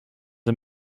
are